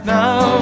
now